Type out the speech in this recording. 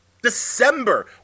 December